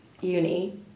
uni